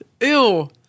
Ew